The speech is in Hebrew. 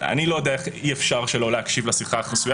אני לא יודע איך אי-אפשר שלא להקשיב לשיחה החסויה